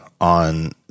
on